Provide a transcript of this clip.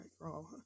girl